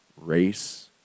Race